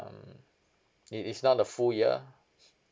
um it is not a full year